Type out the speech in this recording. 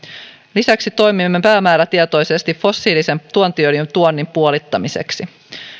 lisäksi toimimme päämäärätietoisesti fossiilisen tuontiöljyn tuonnin puolittamiseksi